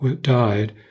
died